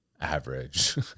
average